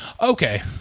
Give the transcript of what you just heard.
okay